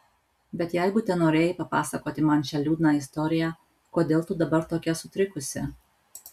bet jeigu tenorėjai papasakoti man šią liūdną istoriją kodėl tu dabar tokia sutrikusi